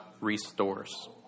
restores